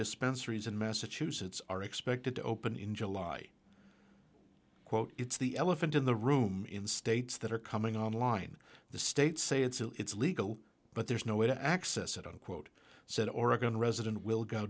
dispensaries in massachusetts are expected to open in july quote it's the elephant in the room in states that are coming online the states say it's legal but there's no way to access it unquote said oregon resident will go